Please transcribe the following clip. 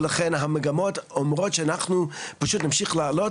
ולכן המגמות אומרות שאנחנו פשוט נמשיך לעלות,